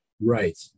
Right